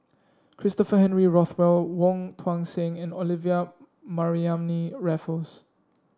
Christopher Henry Rothwell Wong Tuang Seng and Olivia Mariamne Raffles